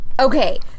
Okay